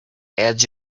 edge